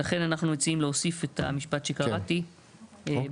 ולכן, אנחנו מציעים להוסיף את המשפט שקראתי בסוף.